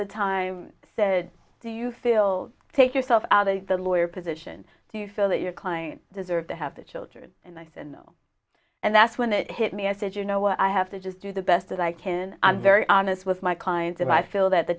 the time said do you feel take yourself out of the lawyer position do you feel that your client deserved to have the children and i said no and that's when it hit me i said you know what i have to just do the best that i can i'm very honest with my clients and i feel that the